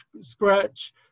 scratch